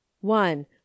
one